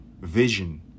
vision